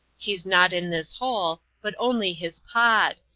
he's not in this hole but only his pod.